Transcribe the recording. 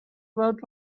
about